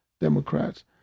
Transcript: Democrats